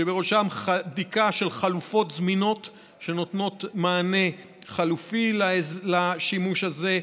שבראשם בדיקה של חלופות זמינות שנותנות מענה חלופי לשימוש הזה.